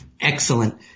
Excellent